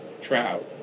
trout